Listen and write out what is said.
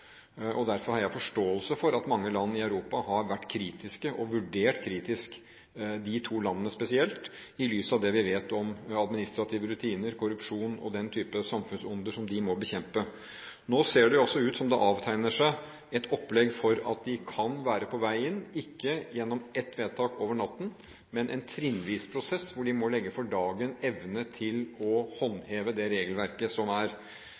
krav. Derfor har jeg forståelse for at mange land i Europa har vært kritiske og vurdert kritisk de to landene, spesielt i lys av det vi vet om administrative rutiner, korrupsjon og den type samfunnsonder som de må bekjempe. Nå ser det altså ut som om det avtegner seg et opplegg for at de kan være på vei inn, ikke gjennom ett vedtak over natten, men gjennom en trinnvis prosess hvor de må legge for dagen evne til å håndheve det regelverket som er.